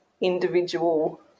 individual